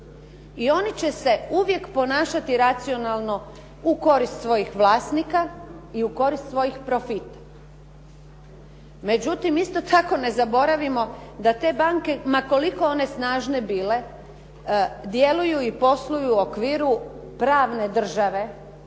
i oni će se uvije ponašati racionalno u korist svojih vlasnika i u korist svojih profita. Međutim, isto tako ne zaboravimo da te banke ma koliko one snažene bile, djeluju i posluju u okviru pravne države,